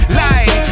light